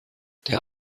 der